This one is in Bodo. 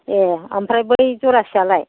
ए ओमफ्राय बै जरासे आलाय